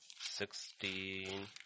sixteen